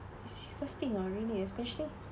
it's disgusting ah really especially